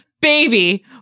Baby